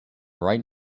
right